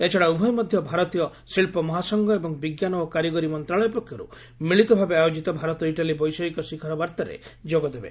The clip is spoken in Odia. ଏହାଛଡ଼ା ଉଭୟ ମଧ୍ୟ ଭାରତୀୟ ଶିଳ୍ପ ମହାସଂଘ ଏବଂ ବିଜ୍ଞାନ ଓ କାରିଗରି ମନ୍ତ୍ରଣାଳୟ ପକ୍ଷରୁ ମିଳିତ ଭାବେ ଆୟୋଜିତ ଭାରତ ଇଟାଲୀ ବୈଷୟିକ ଶିଖର ବାର୍ତ୍ତାରେ ଯୋଗ ଦେବେ